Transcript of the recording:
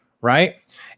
right